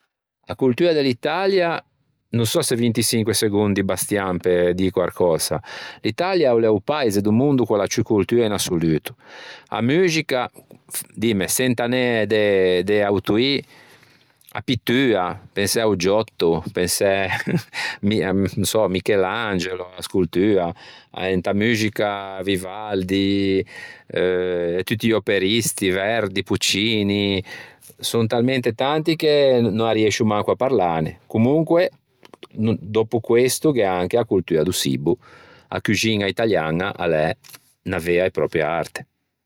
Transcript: A coltua de l'Italia, no sò se vintiçinque segondi bastian pe dî quarcösa. L'Italia o l'é o paise do mondo ch'o l'à ciù coltua in assoluto. A muxica, dimmo, çentanæ de autoî, a pittua pensæ a-o Giotto, pensæ mia à Michelangelo a scoltua, inta muxica Vivaldi e tutti i operisti, Verdi, Puccini, son talmente tanti no arreiscio manco à parlane. Comonque no, dòppo questo gh'é anche a coltua do çibbo a cuxiña italiaña a l'é unna vea e pròpria arte.